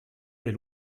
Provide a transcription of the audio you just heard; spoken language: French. est